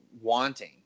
wanting